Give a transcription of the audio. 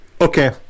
Okay